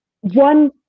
one